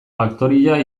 faktoria